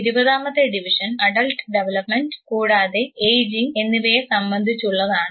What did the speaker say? ഇരുപതാമത്തെ division adult development കൂടാതെ ageing എന്നിവയെ സംബന്ധിച്ചുള്ളതാണ്